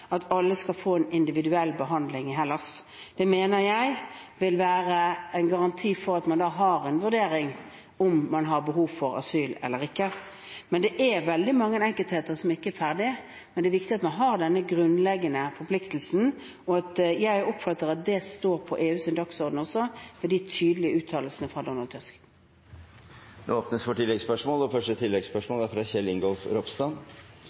at alle skal få en individuell behandling i Hellas. Det mener jeg vil være en garanti for at man får en vurdering av om man har behov for asyl eller ikke. Det er veldig mange enkeltheter som ikke er ferdige, men det er viktig at man har denne grunnleggende forpliktelsen. Jeg oppfatter også at det står på EUs dagsorden med de tydelige uttalelsene fra Donald Tusk. Det blir oppfølgingsspørsmål – først Kjell Ingolf Ropstad.